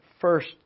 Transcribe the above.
first